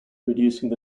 reducing